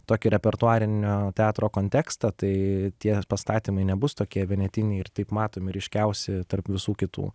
tokį repertuarinio teatro kontekstą tai tie pastatymai nebus tokie vienetiniai ir taip matomi ryškiausi tarp visų kitų